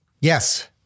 Yes